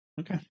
okay